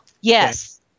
Yes